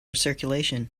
circulation